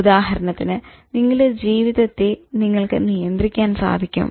ഉദാഹരണത്തിന് നിങ്ങളുടെ ജീവിതത്തെ നിങ്ങൾക്ക് നിയന്ത്രിക്കാൻ സാധിക്കും